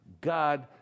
God